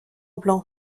blanc